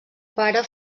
pare